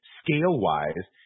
scale-wise